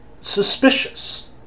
suspicious